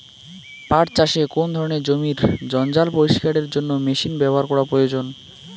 পাট চাষে কোন ধরনের জমির জঞ্জাল পরিষ্কারের জন্য মেশিন ব্যবহার করা প্রয়োজন?